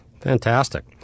Fantastic